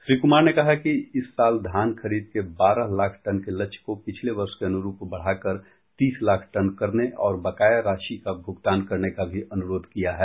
श्री कुमार ने कहा कि इस साल धान खरीद के बारह लाख टन के लक्ष्य को पिछले वर्ष के अनुरूप बढ़ाकर तीस लाख टन करने और बकाया राशि का भुगतान करने का भी अनुरोध किया है